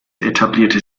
etablierte